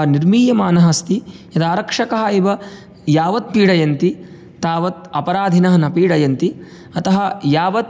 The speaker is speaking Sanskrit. निर्मीयमानः अस्ति यदा आरक्षकाः एव यावद् पीडयन्ति तावद् अपराधिनः न पीडयन्ति अतः यावत्